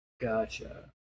Gotcha